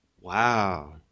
Wow